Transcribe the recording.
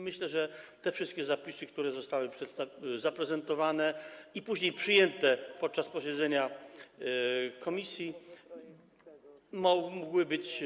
Myślę, że te wszystkie zapisy, które zostały zaprezentowane i później przyjęte podczas posiedzenia komisji, mogły być